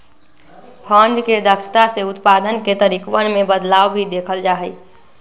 fund के दक्षता से उत्पाद के तरीकवन में बदलाव भी देखल जा हई